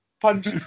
punch